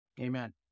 Amen